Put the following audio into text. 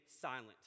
silent